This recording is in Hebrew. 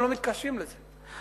הם לא מתכחשים לזה,